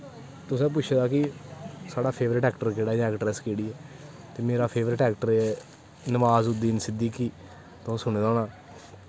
तुसें पुच्छे दा कि साढ़ा फैवरट ऐक्टर जां ऐक्ट्रस केह्ड़ी ऐ ते मेरा favourite actor Nawazuddin Siddiqui तुसें सुनें दा होना